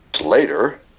later